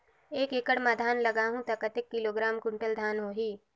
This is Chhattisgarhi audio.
एक एकड़ मां धान लगाहु ता कतेक किलोग्राम कुंटल धान होही?